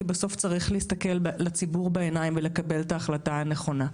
כי בסוף צריך להסתכל לציבור בעיניים ולקבל את ההחלטה הנכונה.